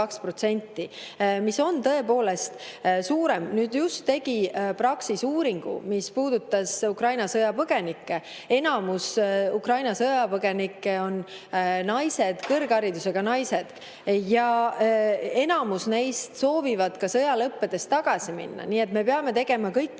see protsent on 3,2. Just tegi Praxis uuringu, mis puudutas Ukraina sõjapõgenikke. Enamus Ukraina sõjapõgenikke on naised, kõrgharidusega naised, ja enamus neist soovivad sõja lõppedes tagasi minna. Nii et me peame tegema kõik pingutused